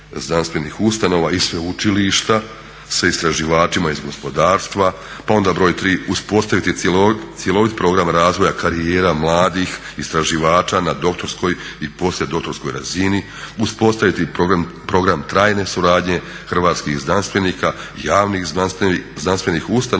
i sveučilišta sa istraživačima iz gospodarstva. Pa onda broj tri uspostaviti cjelovit program razvoja karijera mladih istraživača na doktorskoj i poslije doktorskoj razini. Uspostaviti program trajne suradnje hrvatskih znanstvenika, javnih znanstvenih ustanova